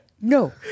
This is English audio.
no